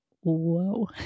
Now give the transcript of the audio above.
Whoa